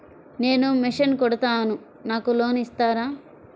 నేను మిషన్ కుడతాను నాకు లోన్ ఇస్తారా?